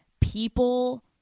people